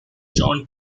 john